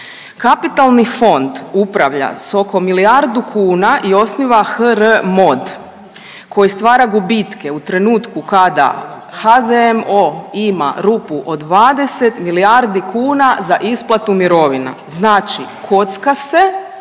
Kapitalni fond upravlja s oko milijardu kuna i osnova HRMOD koji stvara gubitke u trenutku kada HZMO ima rupu od 20 milijardu kuna za isplatu mirovina, znači kocka se,